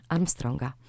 Armstronga